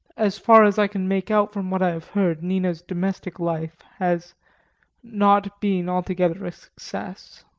as far as i can make out from what i have heard, nina's domestic life has not been altogether a success.